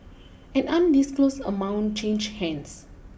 an undisclosed amount changed hands